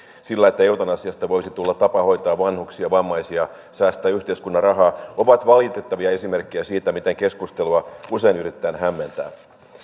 sillä että eutanasiasta voisi tulla tapa hoitaa vanhuksia ja vammaisia säästää yhteiskunnan rahaa ovat valitettavia esimerkkejä siitä miten keskustelua usein yritetään hämmentää